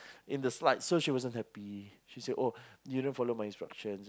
in the slides so she wasn't happy she said oh you didn't follow my instructions